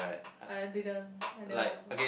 I didn't I never watch before